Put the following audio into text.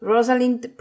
Rosalind